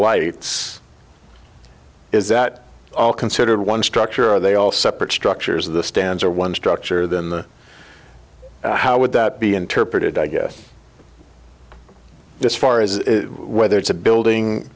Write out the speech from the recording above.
whites is that all considered one structure are they all separate structures of the stands or one structure than the how would that be interpreted i guess this far as whether it's a building